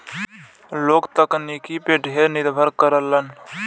लोग तकनीकी पे ढेर निर्भर करलन